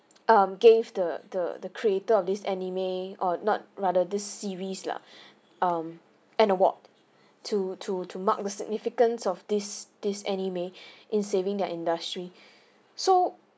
um gave the the the creator of this anime or not rather this series lah um an award to to to mark the significance of this this anime in saving their industry so